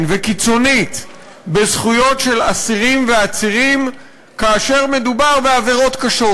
וקיצונית בזכויות של אסירים ועצירים כאשר מדובר בעבירות קשות.